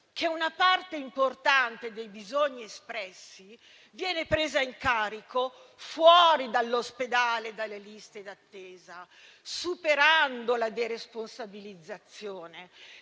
che una parte importante dei bisogni espressi viene presa in carico fuori dall'ospedale e dalle liste d'attesa, superando la deresponsabilizzazione